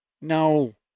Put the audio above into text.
no